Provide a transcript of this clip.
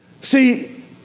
See